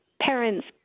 parents